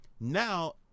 Now